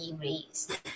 raised